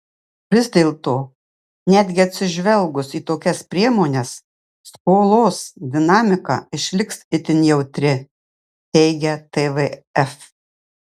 vis dėto netgi atsižvelgus į tokias priemones skolos dinamika išliks itin jautri teigia tvf